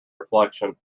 reflection